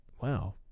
Wow